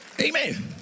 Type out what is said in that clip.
Amen